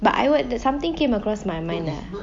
but I oh something came across my mind lah